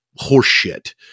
horseshit